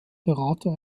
berater